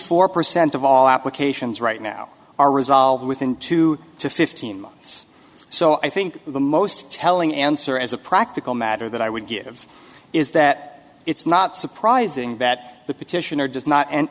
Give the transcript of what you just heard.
four percent of all applications right now are resolved within two to fifteen months so i think the most telling answer as a practical matter that i would give is that it's not surprising that the petitioner does not an